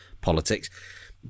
politics